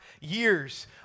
years